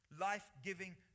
Life-giving